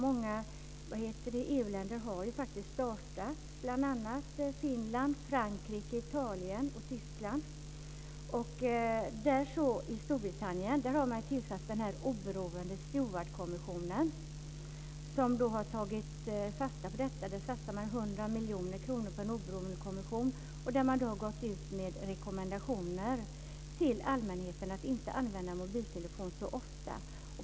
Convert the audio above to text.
Många EU länder har startat, bl.a. Finland, Frankrike, Italien och I Storbritannien har man tillsatt en oberoende kommission som har tagit fasta på detta. Där satsar man 100 miljoner kronor på en oberoende kommission. Man har gått ut med rekommendationer till allmänheten att inte använda mobiltelefon så ofta.